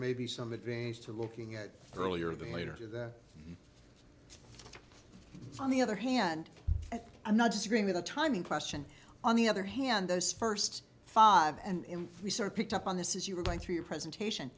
may be some advantage to looking at earlier than later that on the other hand i'm not disagreeing with the timing question on the other hand those first five and increase are picked up on this is you were going through your presentation